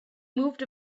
moved